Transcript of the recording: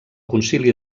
concili